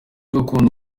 gakondo